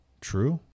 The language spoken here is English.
True